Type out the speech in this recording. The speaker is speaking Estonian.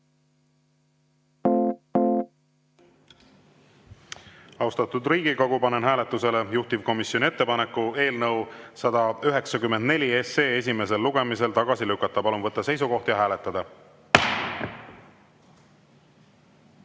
Austatud Riigikogu, panen hääletusele juhtivkomisjoni ettepaneku eelnõu 194 esimesel lugemisel tagasi lükata. Palun võtta seisukoht ja hääletada!